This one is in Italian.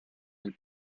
del